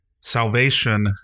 Salvation